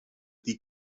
die